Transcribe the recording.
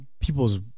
people's